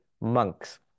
monks